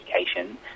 education